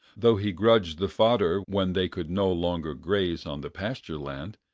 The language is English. though he grudged the fodder when they could no longer graze on the pasture-land,